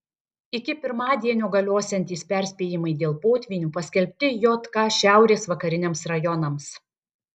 iki pirmadienio galiosiantys perspėjimai dėl potvynių paskelbti jk šiaurės vakariniams rajonams